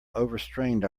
overstrained